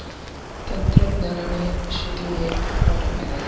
तंत्रज्ञानाने शेतीमध्ये खूप मोठा फायदा झाला